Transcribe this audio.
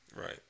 right